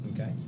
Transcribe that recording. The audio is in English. Okay